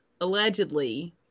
allegedly